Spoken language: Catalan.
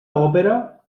òpera